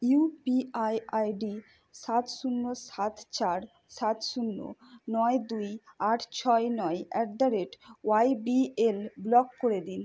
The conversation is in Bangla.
ইউপিআই আইডি সাত শূন্য সাত চার সাত শূন্য নয় দুই আট ছয় নয় at the rate ybl block করে দিন